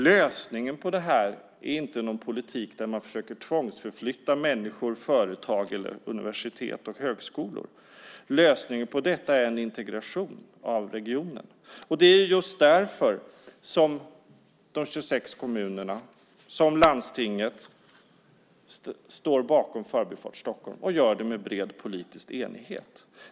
Lösningen på detta är inte en politik som innebär att man försöker tvångsförflytta människor, företag eller universitet och högskolor. Lösningen på detta är en integration av regionen. Just därför står de 26 kommunerna och landstinget bakom Förbifart Stockholm, och de gör det i bred politisk enighet.